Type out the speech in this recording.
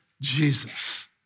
Jesus